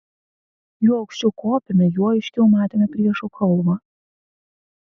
juo aukščiau kopėme juo aiškiau matėme priešo kalvą